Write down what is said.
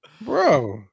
bro